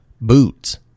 boots